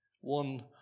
one